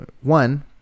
one